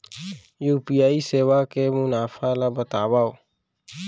UPI सेवा के मुनाफा ल बतावव?